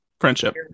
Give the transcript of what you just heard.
friendship